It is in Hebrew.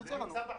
זה נמצא בחוק.